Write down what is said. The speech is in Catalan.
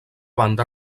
banda